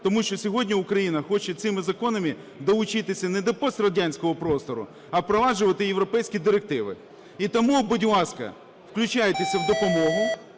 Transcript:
Тому що сьогодні Україна хоче цими законами долучитися не до пострадянського простору, а впроваджувати європейські директиви. І тому, будь ласка, включайтеся в допомогу.